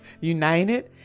United